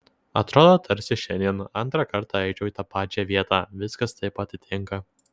atrodo tarsi šiandien antrą kartą eičiau į tą pačią vietą viskas taip atitinka